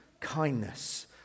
kindness